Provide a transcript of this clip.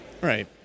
right